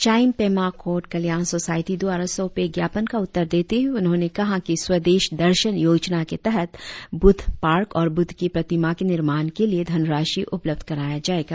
time Pema कोड कल्याण society द्वारा सौंपे एक ज्ञापन का उत्तर देते हुए उन्होंने कहा कि स्वदेश दर्शन योजना के तहत ब्रूद्व पार्क और ब्रूद्व की प्रतिमा के निर्माण के लिए धनराशी उपलब्ध कराया जाएगा